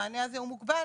המענה הזה הוא מוגבל,